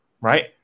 right